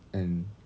and